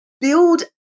build